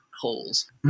holes